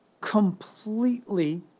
completely